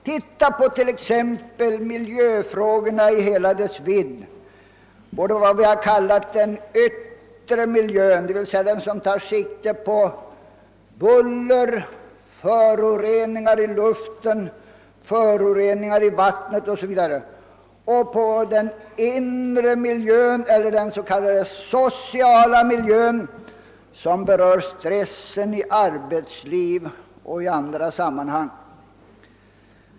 Titta exempelvis på miljöfrågorna i hela deras vidd och inte bara på vad vi har kallat den yttre miljön, d.v.s. den som tar sikte på buller, föroreningar i luften, i vattnet o.s.v. Titta även på den inre miljön eller den s.k. sociala miljön, som berör stress inom arbetslivet och i andra sammanhang.